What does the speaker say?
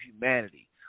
humanity